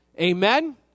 Amen